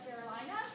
Carolina